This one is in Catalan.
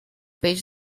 peix